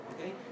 okay